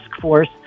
force